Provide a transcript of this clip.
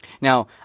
Now